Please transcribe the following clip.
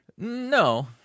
No